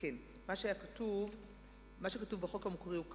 מה שכתוב בחוק המקורי הוא כך: